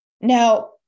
Now